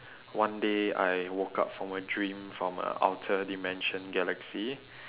one day I woke up from a dream from a outer dimension galaxy